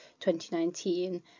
2019